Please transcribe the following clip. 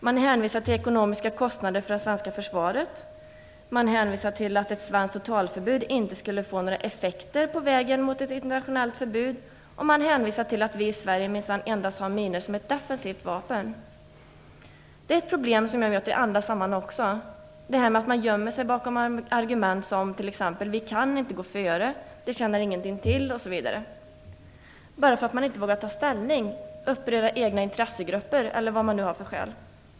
Man hänvisar till ekonomiska kostnader för det svenska försvaret, man hänvisar till att ett svenskt totalförbud inte skulle få några effekter på vägen mot ett internationellt förbud och man hänvisar till att vi i Sverige minsann endast har minor som ett defensivt vapen. Ett problem som jag möter också i andra sammanhang är att man gömmer sig bakom argument som "vi kan inte gå före", "det tjänar ingenting till", bara för att man inte vågar ta ställning, uppröra egna intressegrupper eller vilka skäl man nu har.